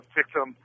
victim